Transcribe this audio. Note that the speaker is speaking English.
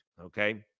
Okay